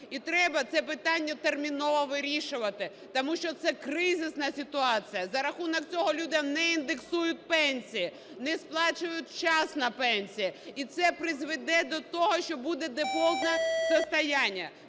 І треба це питання терміново вирішувати, тому що це кризисна ситуація, за рахунок цього людям не індексують пенсії, не сплачують вчасно пенсії. І це призведе до того, що буде дефолтне состояніє.